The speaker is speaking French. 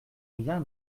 rien